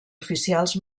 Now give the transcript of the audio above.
oficials